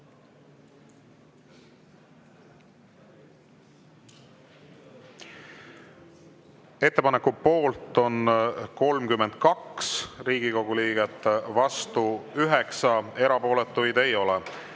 Ettepaneku poolt on 32 Riigikogu liiget, vastu 9, erapooletuid ei ole.